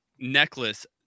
necklace